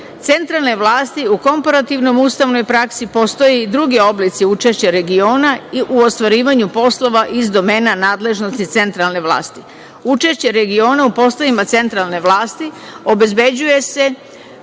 centralne vlasti u komparativnom ustavnoj praksi, postoje i drugi oblici učešća regiona i u ostvarivanju poslova iz domena nadležnosti centralne vlasti. Učešće regiona u poslovima centralne vlasti obezbeđuje se